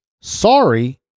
sorry